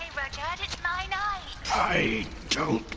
rudyard! it's my night i don't